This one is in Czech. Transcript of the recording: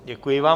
Děkuji vám.